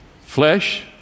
Flesh